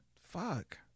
Fuck